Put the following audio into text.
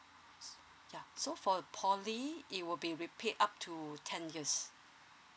ya so for poly it will be repaid up to ten years